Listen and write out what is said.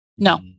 No